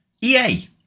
EA